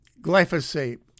Glyphosate